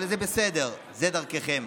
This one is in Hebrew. אבל בסדר, זו דרככם.